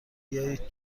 بیایید